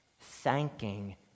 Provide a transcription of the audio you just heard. thanking